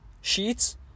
sheets